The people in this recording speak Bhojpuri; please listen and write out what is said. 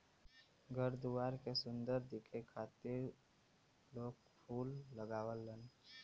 घर दुआर के सुंदर दिखे खातिर लोग फूल लगावलन